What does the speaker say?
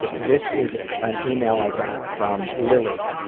this is an email i got from lily,